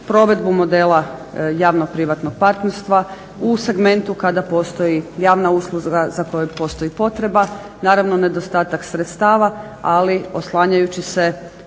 provedbu modela javno-privatnog partnerstva u segmentu kada postoji javna usluga, za kojeg postoji potreba. Naravno nedostatak sredstava, ali oslanjajući se